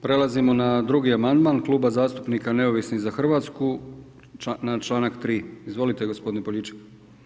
Prelazimo na drugi amandman Kluba zastupnika Neovisni za Hrvatsku na članak 3. Izvolite, gospodine Poljičak.